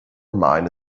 mine